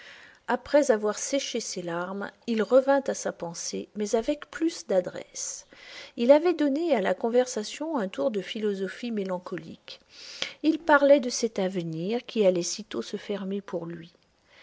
après avoir séché ses larmes il revint à sa pensée mais avec plus d'adresse il avait donné à la conversation un tour de philosophie mélancolique il parlait de cet avenir qui allait sitôt se fermer pour lui